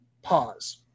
pause